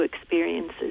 experiences